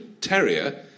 terrier